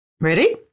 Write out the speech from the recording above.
Ready